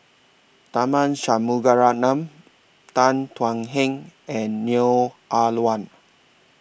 Tharman Shanmugaratnam Tan Thuan Heng and Neo Ah Luan